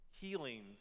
Healings